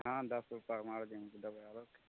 हँ दश रूपा के मार्जिन देबै आरो की